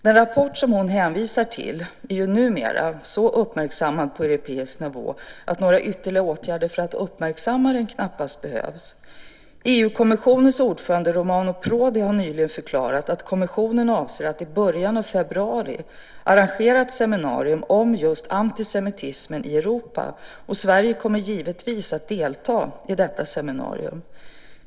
Den rapport som hon hänvisar till är numera så uppmärksammad på europeisk nivå att några ytterligare åtgärder för att uppmärksamma den knappast behövs. EU-kommissionens ordförande Romani Prodi har nyligen förklarat att kommissionen avser att i början av februari arrangera ett seminarium om just antisemitismen i Europa. Sverige kommer givetvis att delta i detta seminarium.